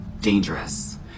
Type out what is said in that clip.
dangerous